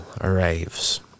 arrives